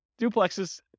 duplexes